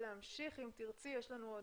אליו.